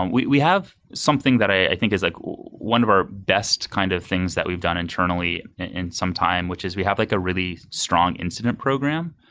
and we we have something that i think is like one of our best kind of things that we've done internally in some time, which is we have like a really strong incident program.